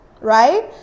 right